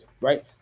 Right